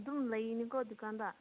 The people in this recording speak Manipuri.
ꯑꯗꯨꯝ ꯂꯩꯅꯤꯀꯣ ꯗꯨꯀꯥꯟꯗ